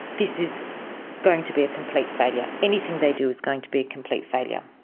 this is going to be a complete failure. anything they do is going to be a complete failure.